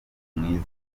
mwiza